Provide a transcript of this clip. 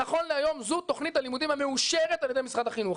נכון להיום זו תכנית הלימודים המאושרת על ידי משרד החינוך.